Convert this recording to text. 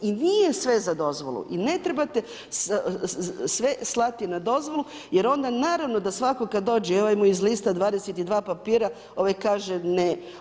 I nije sve za dozvolu i ne trebate sve slati na dozvolu jer onda naravno da svatko kad dođe i ovaj mu izlista 22 papira ovaj kaže ne.